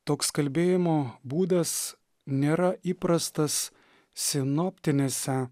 toks kalbėjimo būdas nėra įprastas sinoptinėse